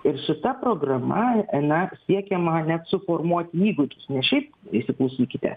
ir šita programa na siekiama net suformuoti įgūdž ne šiaip įsiklausykite